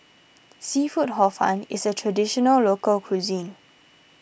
Seafood Hor Fun is a Traditional Local Cuisine